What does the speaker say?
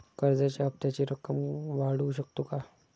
कर्जाच्या हप्त्याची रक्कम वाढवू शकतो का?